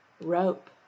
rope